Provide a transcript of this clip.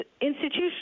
institution